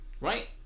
right